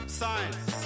science